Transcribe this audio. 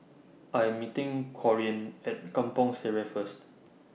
I Am meeting Corinne At Kampong Sireh First